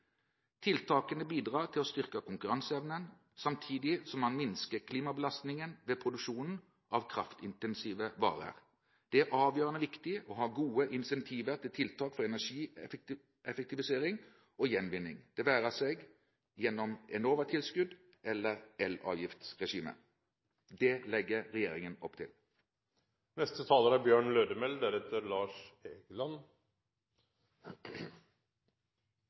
Tiltakene bidrar til å styrke konkurranseevnen, samtidig som man minsker klimabelastningen ved produksjonen av kraftintensive varer. Det er avgjørende viktig å ha gode incentiver til tiltak for energieffektivisering og gjenvinning, det være seg gjennom Enova-tilskudd eller elavgiftsregimet. Det legger regjeringen opp til. Det er